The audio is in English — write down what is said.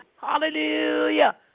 Hallelujah